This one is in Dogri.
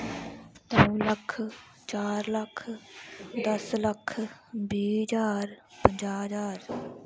दौ लक्ख चार लक्ख दस्स लक्ख बीह् ज्हार पंजाह् ज्हार